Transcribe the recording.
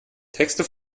texte